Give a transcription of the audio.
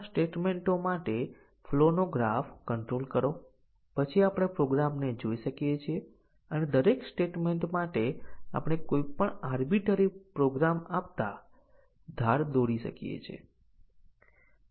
ફક્ત multiple condition coverage દ્વારા આપણે શું કહીએ છીએ તે સમજાવવા માટે જો આપણી પાસે ઉદાહરણ તરીકે a અથવા b અને c કંપાઉન્ડ કન્ડીશન છે તો પછી અહીં ત્રણ એટોમિક કન્ડીશનો છે એ b c